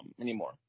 anymore